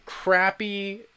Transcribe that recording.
crappy